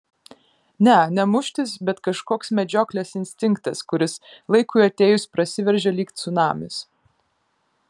ne ne muštis bet kažkoks medžioklės instinktas kuris laikui atėjus prasiveržia lyg cunamis